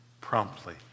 promptly